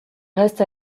reste